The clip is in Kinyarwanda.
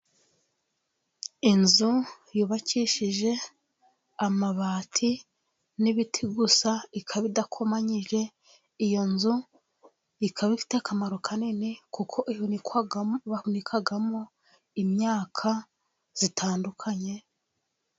Inzu yubakishije amabati n'ibiti gusa ikaba idakomanyije, iyo nzu ikaba ifite akamaro kanini kuko bahunikamo imyaka itandukanye...